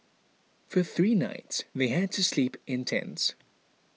for three nights they had to sleep in tents